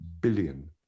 billion